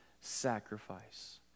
sacrifice